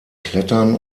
klettern